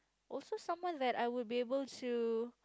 also someone there I would be able to